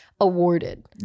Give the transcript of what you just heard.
awarded